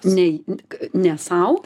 nei ne sau